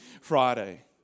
Friday